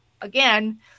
again